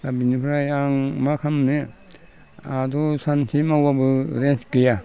दा बिनिफ्राय आं मा खालामनो आहाथ' सानसे मावब्लाबो रेस्ट गैया